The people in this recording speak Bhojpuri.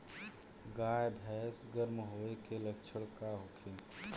गाय भैंस गर्म होय के लक्षण का होखे?